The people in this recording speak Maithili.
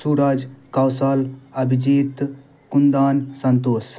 सूरज कौशल अभिजीत कुन्दन सन्तोष